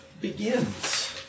begins